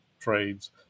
trades